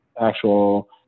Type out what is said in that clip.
actual